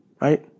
right